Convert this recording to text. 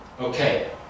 Okay